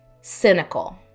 cynical